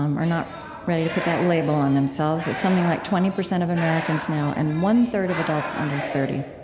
um are not ready to put that label on themselves. it's something like twenty percent of americans now, and one third of adults under thirty,